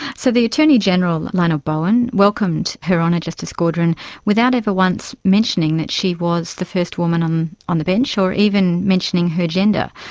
so the attorney general lionel bowen welcomed her honour justice gaudron without ever once mentioning that she was the first woman on on the bench or even mentioning her gender.